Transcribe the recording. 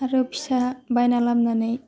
आरो फिसा बायना लाबोनानै